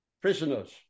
prisoners